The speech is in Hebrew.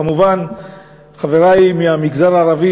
כמובן חברי מהמגזר הערבי,